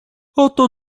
oto